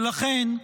ולכן,